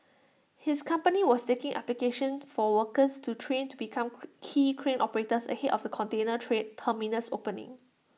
his company was taking applications for workers to train to become quay crane operators ahead of the container train terminal's opening